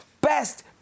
best